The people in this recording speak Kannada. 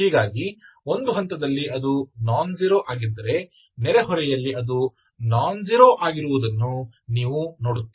ಹೀಗಾಗಿ ಒಂದು ಹಂತದಲ್ಲಿ ಅದು ನಾನ್ ಜೀರೋ ಆಗಿದ್ದರೆ ನೆರೆಹೊರೆಯಲ್ಲಿ ಅದು ನಾನ್ ಜೀರೋ ಆಗಿರುವುದನ್ನು ನೀವು ನೋಡುತ್ತೀರಿ